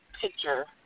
picture